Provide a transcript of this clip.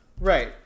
Right